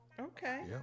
Okay